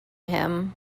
him